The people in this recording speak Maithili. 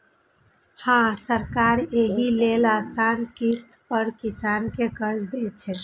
हां, सरकार एहि लेल आसान किस्त पर किसान कें कर्ज दै छै